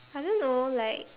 I don't know like